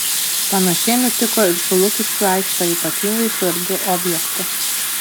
panašiai nutiko ir su lukiškių aikšte ypatingai svarbiu objektu